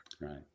Right